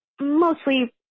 mostly